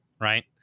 Right